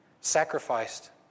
sacrificed